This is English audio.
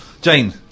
Jane